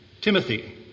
Timothy